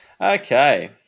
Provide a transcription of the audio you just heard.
Okay